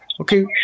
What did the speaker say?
okay